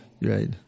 Right